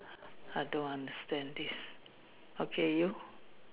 I don't understand this okay you